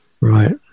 Right